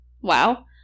wow